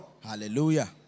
hallelujah